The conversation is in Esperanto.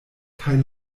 kaj